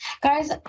guys